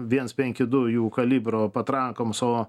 viens penki du jų kalibro patrankoms o